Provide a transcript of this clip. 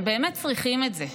הם באמת צריכים את זה.